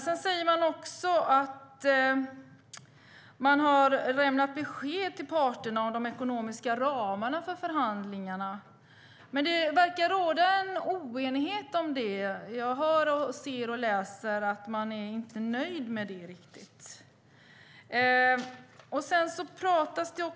Sedan säger ministern också att man har lämnat besked till parterna om de ekonomiska ramarna för förhandlingarna. Men det verkar råda en oenighet om det. Jag hör, ser och läser att parterna inte riktigt är nöjda med det.